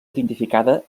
identificada